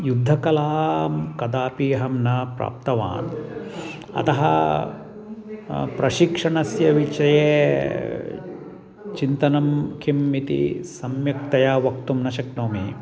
युद्धकलां कदापि अहं ना प्राप्तवान् अतः प्रशिक्षणस्य विषये चिन्तनं किम् इति सम्यक्तया वक्तुं न शक्नोमि